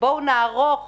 בואו נערוך